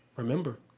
Remember